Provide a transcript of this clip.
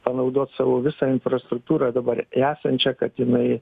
panaudot savo visą infrastruktūrą dabar esančią kad jinai